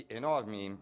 enormi